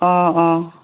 অঁ অঁ